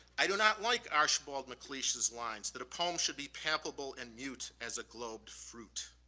i do not like archibald macleish's lines that a poem should be palpable and mute as a globed fruit.